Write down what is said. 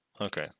okay